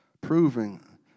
proving